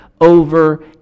over